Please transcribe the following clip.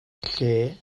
lle